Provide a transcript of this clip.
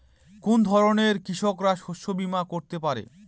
কোন ধরনের কৃষকরা শস্য বীমা করতে পারে?